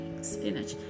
spinach